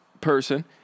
person